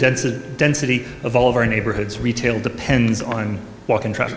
density density of all of our neighborhoods retail depends on walking tra